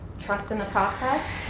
trust in the process.